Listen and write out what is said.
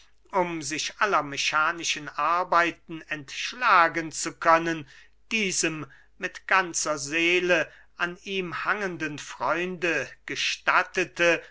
um sich aller mechanischen arbeiten entschlagen zu können diesem mit ganzer seele an ihm hangenden freunde gestattete